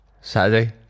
Saturday